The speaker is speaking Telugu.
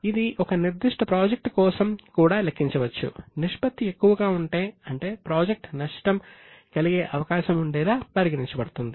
ఇది ఒక నిర్దిష్ట ప్రాజెక్ట్ కోసం కూడా లెక్కించవచ్చు నిష్పత్తి ఎక్కువగా ఉంటే ప్రాజెక్ట్ నష్టం కలిగే అవకాశం ఉండేలా పరిగణించబడుతుంది